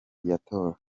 viatora